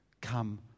come